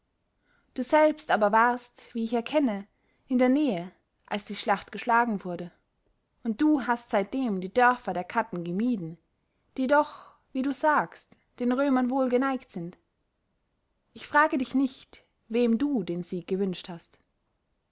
du selbst aber warst wie ich erkenne in der nähe als die schlacht geschlagen wurde und du hast seitdem die dörfer der katten gemieden die doch wie du sagst den römern wohlgeneigt sind ich frage dich nicht wem du den sieg gewünscht hast